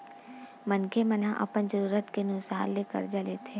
मनखे मन ह अपन जरूरत के अनुसार ले करजा लेथे